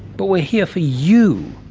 but we're here for you.